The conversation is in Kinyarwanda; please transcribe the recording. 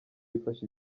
bifasha